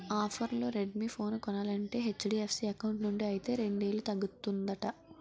ఆఫర్లో Redmi phone కొనాలంటే HDFC account నుండి అయితే రెండేలు తగ్గుతుందట